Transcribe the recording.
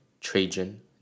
Trajan